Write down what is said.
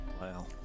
Wow